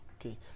okay